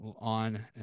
on